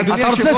אדוני היושב-ראש,